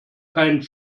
fine